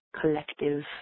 collective